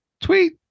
tweet